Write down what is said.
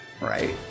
right